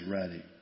ready